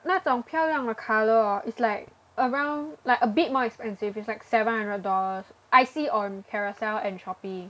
那种漂亮的 colour hor is like around like a bit more expensive it's like seven hundred dollars I see on Carousell and Shopee